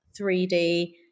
3D